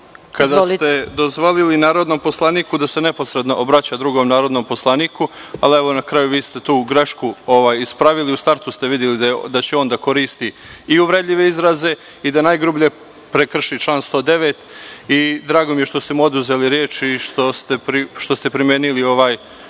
kada ste dozvolili narodnom poslaniku da se neposredno obraća drugom narodnom poslaniku. Na kraju ste ispravili tu grešku. U startu ste videli da će koristiti i uvredljive izraze i da najgrublje prekrši član 109. Drago mi je što ste mu oduzeli reč i što ste primenili ovaj